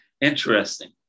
interesting